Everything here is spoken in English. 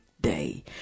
day